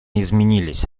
изменились